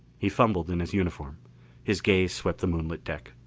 he fumbled in his uniform his gaze swept the moonlit deck.